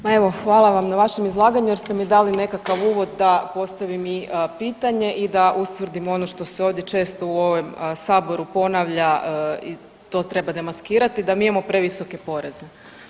Ma evo, hvala vam na vašem izlaganju jer ste mi dali nekakav uvod da postavim i pitanje i da ustvrdim ono što se ovdje često u ovom saboru ponavlja i to treba demaskirati da mi imamo previsoke poreze.